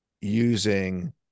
using